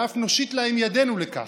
ואף נושיט להם ידנו לכך,